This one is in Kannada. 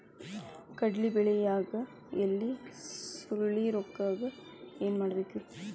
ಕಡ್ಲಿ ಬೆಳಿಯಾಗ ಎಲಿ ಸುರುಳಿರೋಗಕ್ಕ ಏನ್ ಮಾಡಬೇಕ್ರಿ?